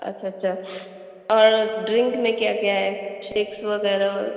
اچھا اچھا اور ڈرنک میں کیا کیا ہے شیکس وغیرہ